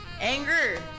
anger